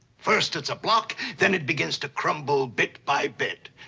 first it's a block, then it begins to crumble, bit by bit.